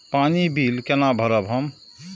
पानी बील केना भरब हम?